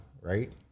right